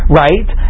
right